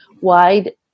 Wide